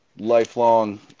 Lifelong